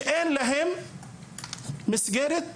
שאין להם מסגרת חינוכית,